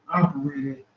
operated